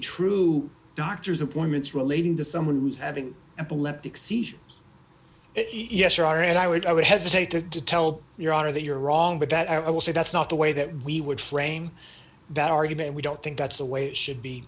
true doctor's appointments relating to someone who's having epileptic seizure yes you are and i would i would hesitate to tell your honor that you're wrong but that i will say that's not the way that we would frame that argument we don't think that's the way it should be